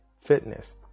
fitness